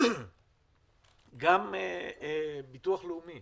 גם ביטוח לאומי